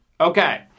Okay